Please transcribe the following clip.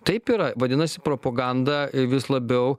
taip yra vadinasi propaganda vis labiau